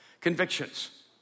convictions